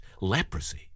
leprosy